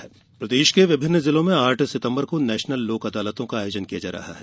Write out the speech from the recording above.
national Lok Adalat प्रदेश के विभिन्न जिलों में आठ सितम्बर को नेशनल लोक अदालतों का आयोजन किया जा रहा है